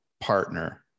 partner